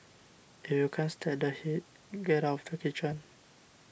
if you can't stand the heat get out of the kitchen